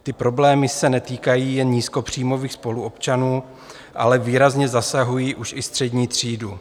Ty problémy se netýkají jen nízkopříjmových spoluobčanů, ale výrazně zasahují už i střední třídu.